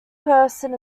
person